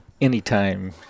Anytime